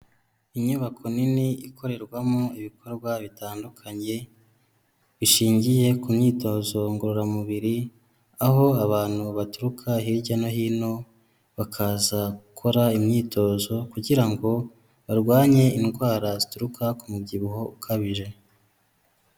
Inyubako nini ikorerwamo ibikorwa bitandukanye bishingiye ku myitozo ngororamubiri aho abantu baturuka hirya no hino bakaza gukora imyitozo kugira ngo barwanye indwara zituruka ku mubyibuho ukabije.